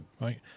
right